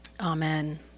Amen